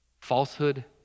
falsehood